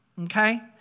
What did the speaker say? Okay